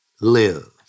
live